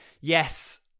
Yes